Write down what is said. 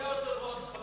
אדוני היושב-ראש,